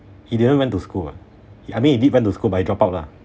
he didn't went to school [what] I mean he did went to school but he drop out lah